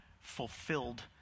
fulfilled